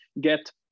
get